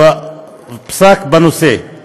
ופסק בנושא.